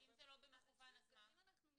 אם זה לא במכוון, אז מה?